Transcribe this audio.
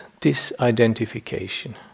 disidentification